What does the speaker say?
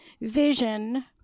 vision